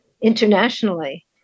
internationally